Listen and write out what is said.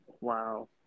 Wow